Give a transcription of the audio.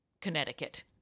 Connecticut